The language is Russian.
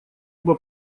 оба